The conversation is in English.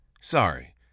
Sorry